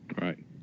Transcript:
Right